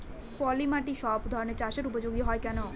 পলিমাটি সব ধরনের চাষের উপযোগী হয় কেন?